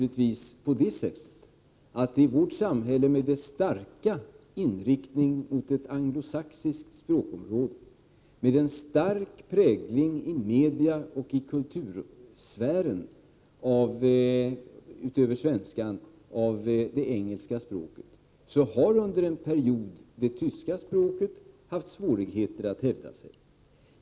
I vårt samhälle, med dess starka inriktning mot det anglosaxiska språkområdet och med en stark prägling i media och i kultursfären av det engelska pråket utöver svenskan, har under en period det tyska språket haft svårigheter att hävda sig.